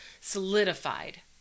solidified